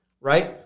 Right